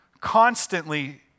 constantly